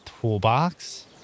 toolbox